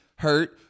Hurt